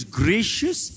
gracious